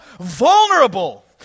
vulnerable